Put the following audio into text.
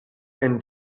and